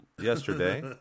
yesterday